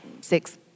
six